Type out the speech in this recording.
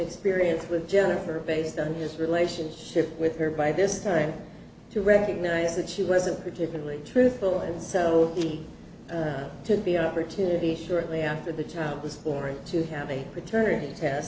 experience with jennifer based on his relationship with her by this time to recognize that she wasn't particularly truthful and so he to be opportunity shortly after the child was born to have a paternity test